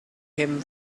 him